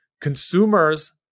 consumers